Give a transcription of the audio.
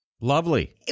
Lovely